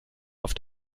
auf